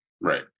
Right